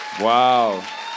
Wow